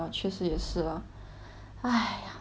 !aiya! 太难 liao 你知道吗尤其是现在